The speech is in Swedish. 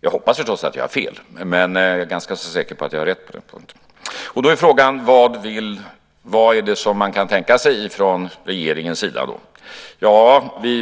Jag hoppas förstås att jag har fel, men jag är ganska säker på att jag har rätt på den punkten. Då är frågan vad regeringen kan tänka sig att göra.